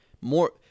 more